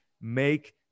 Make